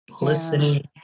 listening